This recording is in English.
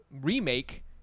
remake